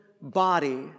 body